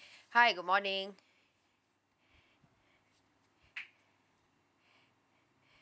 hi good morning